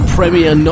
Premier